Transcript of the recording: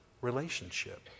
relationship